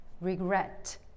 regret